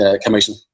Commission